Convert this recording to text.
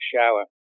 shower